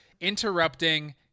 interrupting